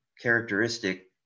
characteristic